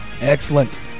Excellent